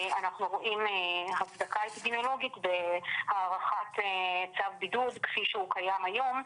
אנחנו רואים הצדקה אפידמיולוגית בארכת צו בידוד כפי שהוא קיים היום,